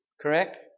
Correct